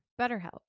BetterHelp